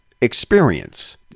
experience